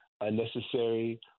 unnecessary